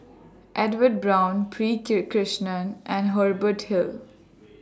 Edwin Brown P Krishnan and Hubert Hill